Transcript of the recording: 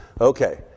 Okay